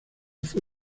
fue